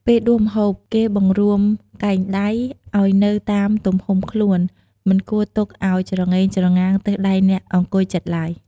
ពេលដួសម្ហូប គេបង្រួមកែងដៃឲ្យនៅតាមទំហំខ្លួន មិនគួរទុកឲ្យច្រងេងច្រងាង ទើសដៃអ្នកអង្គុយជិតឡើយ។